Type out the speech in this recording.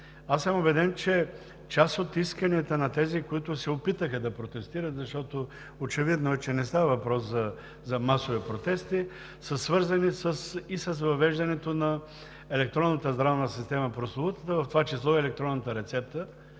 Аз съм убеден, че част от исканията на тези, които се опитаха да протестират, защото очевидно е, че не става въпрос за масови протести, са свързани и с въвеждането на прословутата електронна здравна система, в това число и електронната рецепта,